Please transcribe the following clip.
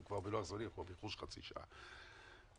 אנחנו כבר באיחור של חצי שעה בלוח הזמנים.